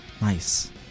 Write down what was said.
Nice